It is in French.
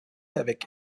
avec